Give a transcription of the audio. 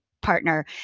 partner